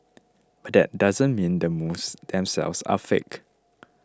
but that doesn't mean the moves themselves are fake